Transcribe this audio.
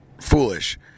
foolish